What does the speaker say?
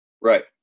Right